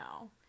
no